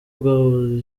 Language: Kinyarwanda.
ubwabo